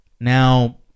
Now